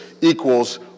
equals